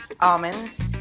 almonds